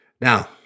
Now